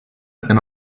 and